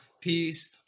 Peace